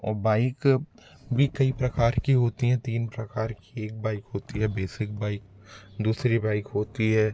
और बाइक भी कई प्रकार की होती हैं तीन प्रकार की एक बाइक होती है बेसिक बाइक दूसरी बाइक होती है